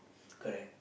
correct